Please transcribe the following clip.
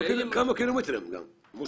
וכמה קילומטרים גם.